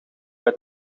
bij